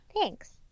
Thanks